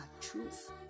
truth